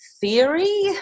theory